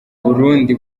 burundi